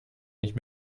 nicht